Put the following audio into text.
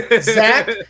Zach